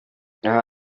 aha